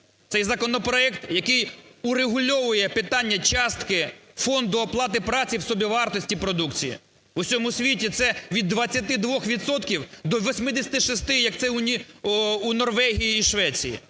Цей законопроект, який урегульовує питання частки фонду оплати праці в собівартості продукції, в усьому світі це від 22 відсотків до 86-и, як це у Норвегії і Швеції.